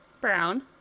Brown